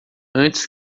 antes